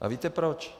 A víte proč?